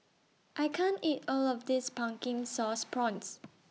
I can't eat All of This Pumpkin Sauce Prawns